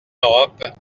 europe